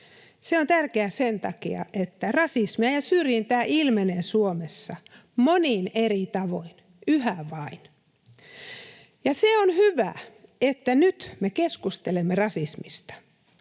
Se on tärkeä sen takia, että rasismia ja syrjintää ilmenee Suomessa monin eri tavoin yhä vain. Ja se on hyvä, että nyt me keskustelemme rasismista,